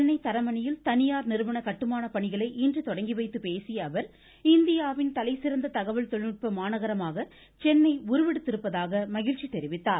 சென்னை தரமணியில் தனியார் நிறுவன கட்டுமான பணிகளை இன்று தொடங்கி வைத்து பேசிய அவர் இந்தியாவின் தலைசிறந்த தகவல்தொழில்நுட்ப மாநகரமாக சென்னை உருவெடுத்திருப்பதாக மகிழ்ச்சி தெரிவித்தார்